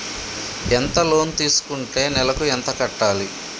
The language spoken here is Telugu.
ఎంత లోన్ తీసుకుంటే నెలకు ఎంత కట్టాలి?